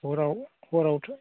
हराव हरावथ'